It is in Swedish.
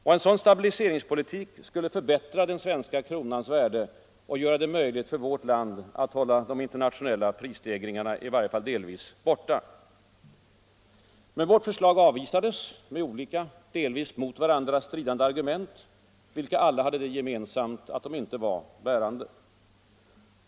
En sådan stabiliseringspolitik skulle förbättra den svenska kronans värde och göra det möjligt för vårt land att hålla de internationella prisstegringarna i varje fall delvis borta. Men vårt förslag avvisades med olika, delvis mot varandra stridande argument, vilka alla hade det gemensamt att de inte var bärande.